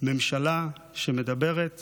ממשלה שמדברת